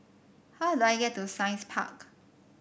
how do I get to Science Park